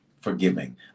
forgiving